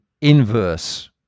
inverse